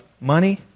money